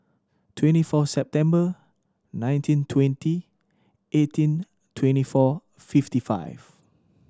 twenty four September nineteen twenty eighteen twenty four fifty five